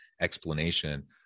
explanation